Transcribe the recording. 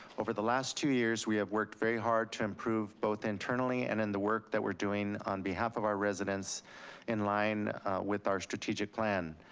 over the last two years, we have worked very had to improve both internally and in the work that we're doing on behalf of our residents in line with our strategic plan.